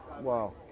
Wow